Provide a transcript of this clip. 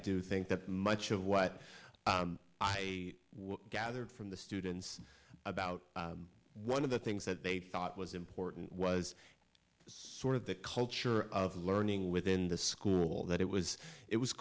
do think that much of what i gathered from the students about one of the things that they thought was was important it's sort of the culture of learning within the school that it was it was